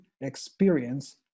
experience